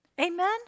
Amen